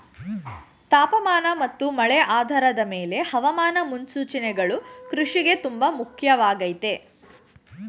ತಾಪಮಾನ ಮತ್ತು ಮಳೆ ಆಧಾರದ್ ಮೇಲೆ ಹವಾಮಾನ ಮುನ್ಸೂಚನೆಗಳು ಕೃಷಿಗೆ ತುಂಬ ಮುಖ್ಯವಾಗಯ್ತೆ